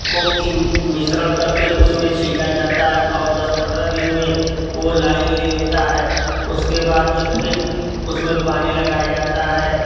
कोकी मिश्रण करके उसमें छींटा जाता है और दस पंद्रह दिन में वो लाइन ले लेता है उसके बाद में फिर उसमें पानी लगाया जाता है